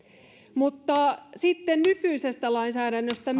mutta sitten nykyisestä lainsäädännöstä